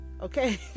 okay